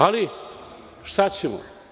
Ali, šta ćemo?